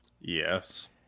Yes